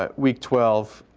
ah week twelve,